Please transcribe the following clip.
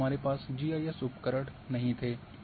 तब हमारे पास जीआईएस उपकरण नहीं थे